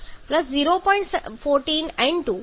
14 N2 0